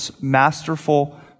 masterful